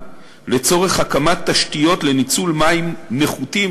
לצורך הקמת תשתיות לניצול מים נחותים,